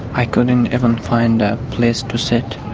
i couldn't even find a place to sit,